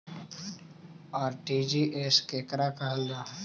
RTGS केकरा कहल जा है?